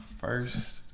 first